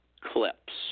clips